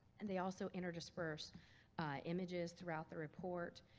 and they also inter-disperse images throughout the report.